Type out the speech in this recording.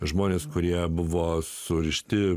žmones kurie buvo surišti